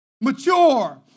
Mature